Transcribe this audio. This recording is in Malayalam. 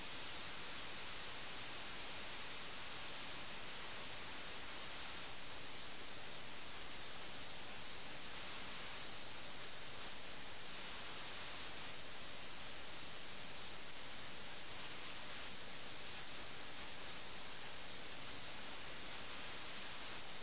രണ്ട് പ്രഭുക്കന്മാരും യഥാർത്ഥ ഇരകളായിത്തീരുന്നു അവരുടെ രക്തം ചൊരിയപ്പെടുന്നു യഥാർത്ഥ മരണം സംഭവിക്കുന്നു